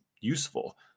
useful